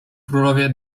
królowie